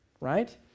right